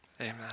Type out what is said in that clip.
Amen